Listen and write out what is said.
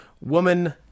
woman